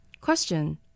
Question